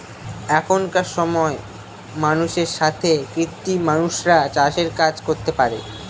এখনকার সময় মানুষের সাথে কৃত্রিম মানুষরা চাষের কাজ করতে পারে